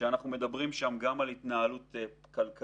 אנחנו מדברים שם גם על התנהלות כלכלית,